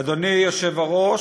אדוני היושב-ראש,